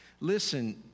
Listen